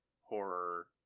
horror